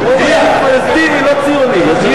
עוד